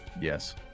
Yes